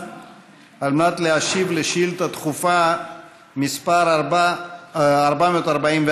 על מנת להשיב על שאילתה דחופה מס' 444,